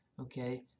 okay